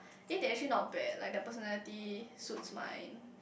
eh they actually not bad like their personality suits mine